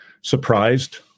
surprised